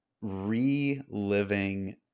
reliving